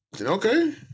Okay